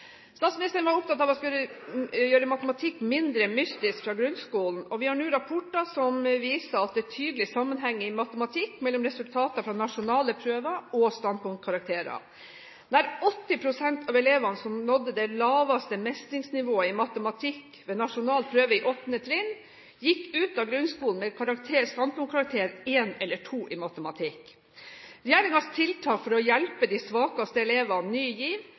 Statsministeren var opptatt av å gjøre matematikk mindre mystisk fra grunnskolen av. Vi har nå rapporter som viser at det i matematikk er en tydelig sammenheng mellom resultater fra nasjonale prøver og standpunktkarakterer. Nær 80 pst. av elevene som nådde det laveste mestringsnivået i matematikk ved nasjonal prøve i 8. trinn, gikk ut av grunnskolen med standpunktkarakteren 1 eller 2 i matematikk. Regjeringens tiltak for å hjelpe de svakeste elevene var at Ny GIV